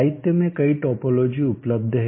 साहित्य में कई टोपोलॉजी उपलब्ध हैं